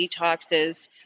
detoxes